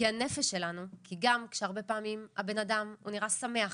כי גם כשהרבה פעמים בן האדם נראה שמח